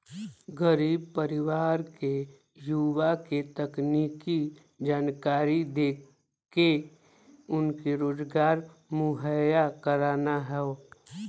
गरीब परिवार के युवा के तकनीकी जानकरी देके उनके रोजगार मुहैया कराना हौ